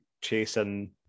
chasing